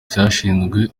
cyashyizwe